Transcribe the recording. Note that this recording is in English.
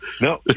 No